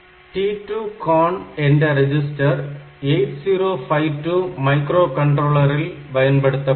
T2CON என்ற register 8052 micro கண்ட்ரோலரில் பயன்படுத்தப்படும்